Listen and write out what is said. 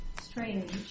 strange